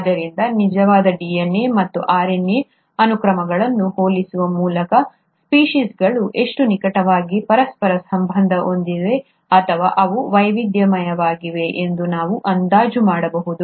ಆದ್ದರಿಂದ ನಿಜವಾದ DNA ಮತ್ತು RNA ಅನುಕ್ರಮಗಳನ್ನು ಹೋಲಿಸುವ ಮೂಲಕ ಸ್ಪೀಷೀಸ್ಗಳು ಎಷ್ಟು ನಿಕಟವಾಗಿ ಪರಸ್ಪರ ಸಂಬಂಧ ಹೊಂದಿವೆ ಅಥವಾ ಅವು ವೈವಿಧ್ಯಮಯವಾಗಿವೆ ಎಂದು ನಾವು ಅಂದಾಜು ಮಾಡಬಹುದು